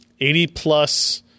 80-plus –